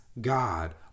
God